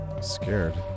Scared